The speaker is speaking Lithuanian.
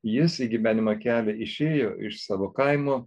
jis į gyvenimo kelią išėjo iš savo kaimo